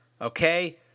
Okay